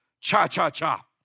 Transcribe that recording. cha-cha-cha